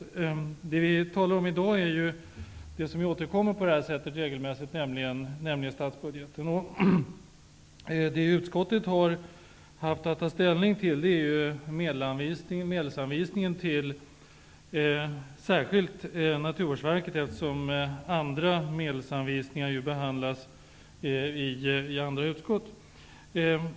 bDet vi talar om i dag, och som vi på det här sättet regelmässigt återkommer till, är statsbudgeten. Det utskottet har haft att ta ställning till är medelsanvisningen särskilt till Naturvårdsverket, eftersom andra medelsanvisningar behandlas i andra utskott.